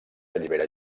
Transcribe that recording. allibera